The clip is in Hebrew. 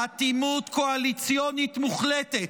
אטימות קואליציונית מוחלטת,